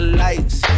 lights